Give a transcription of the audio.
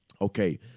okay